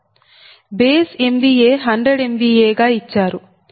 base MVA 100 MVA గా ఇచ్చారు